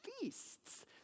feasts